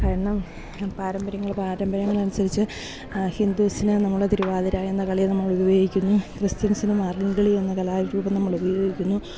കാരണം പാരമ്പര്യങ്ങള് പാരമ്പര്യങ്ങളനുസരിച്ചു ഹിന്ദൂസിന് നമ്മൾ തിരുവാതിര എന്ന കളി നമ്മൾ ഉപയോഗിക്കുന്നു ക്രിസ്ത്യൻസിന് മാർഗം കളി എന്ന കലാരൂപം നമ്മൾ ഉപയോഗിക്കുന്നു